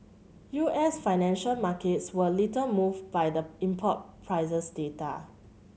U S financial markets were little moved by the import prices data